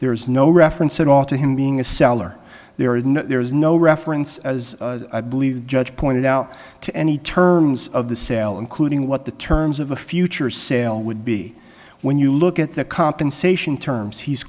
there is no reference at all to him being a seller there is no there is no reference as i believe the judge pointed out to any terms of the sale including what the terms of a future sale would be when you look at the compensation terms he's